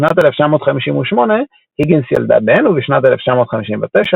בשנת 1958 היגינס ילדה בן ובשנת 1959 בת.